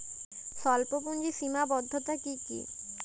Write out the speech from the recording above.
স্বল্পপুঁজির সীমাবদ্ধতা কী কী?